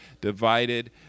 divided